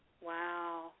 Wow